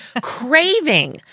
craving